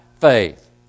faith